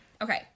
okay